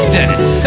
Dennis